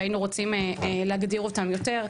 שהיינו רוצים להגדיר אותם יותר.